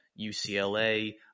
UCLA